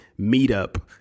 meetup